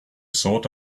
sought